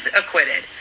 acquitted